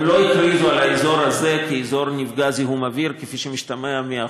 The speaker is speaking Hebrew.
הם לא הכריזו על האזור הזה כאזור נפגע זיהום אוויר כפי שמשתמע מהחוק.